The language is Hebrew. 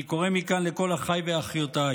אני קורא מכאן לכל אחיי ואחיותיי: